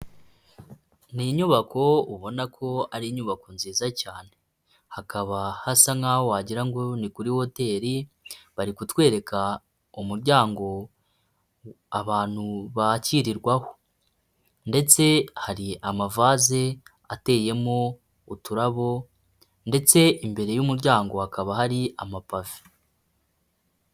Ni inyubako ubona ko ari inyubako nziza cyane, hakaba hasa nkaho wagira ngo ni kuri hoteli, bari kutwereka umuryango abantu bakirirwaho, ndetse hari amavaze ateyemo uturabo ndetse imbere y'umuryango hakaba hari amapave.